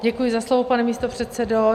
Děkuji za slovo, pane místopředsedo.